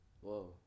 Whoa